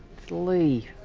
lee.